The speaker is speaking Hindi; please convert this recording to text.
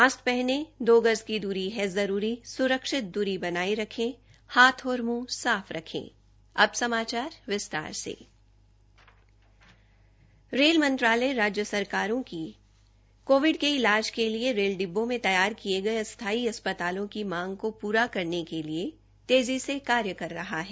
मास्क पहनें दो गज दूरी है जरूरी सुरक्षित दूरी बनाये रखें हाथ और मुंह साफ रखें रेल मंत्रालय राज्य सरकारों की कोविड के ईलाज के लिए रेल डिब्बों में तैयार किये गये अस्थाई अस्पतालों की मांग पूरी करने के लिए तेज़ी से कार्य कर रहा है